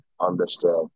understand